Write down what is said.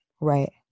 right